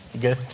Good